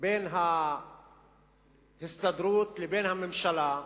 בין ההסתדרות לבין הממשלה.